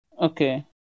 Okay